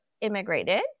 immigrated